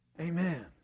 Amen